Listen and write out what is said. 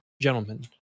Gentlemen